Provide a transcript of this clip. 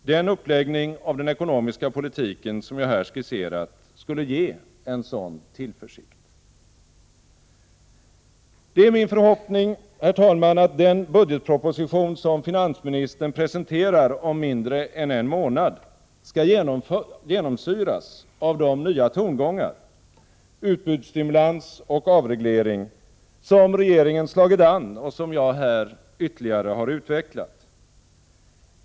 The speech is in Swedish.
Den uppläggning av den ekonomiska politiken som jag här skisserat skulle ge en sådan tillförsikt. Det är min förhoppning, herr talman, att den budgetproposition som finansministern presenterar om mindre än en månad skall genomsyras av de nya tongångar — utbudsstimulans och avreglering — som regeringen slagit an och som jag här ytterligare har utvecklat.